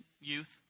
youth